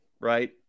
right